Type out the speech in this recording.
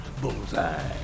Bullseye